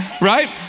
Right